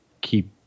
keep